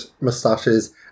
moustaches